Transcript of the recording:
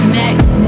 next